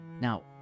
Now